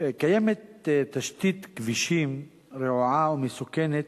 קיימת תשתית כבישים רעועה ומסוכנת,